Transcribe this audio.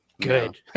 Good